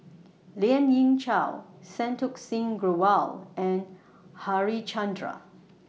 Lien Ying Chow Santokh Singh Grewal and Harichandra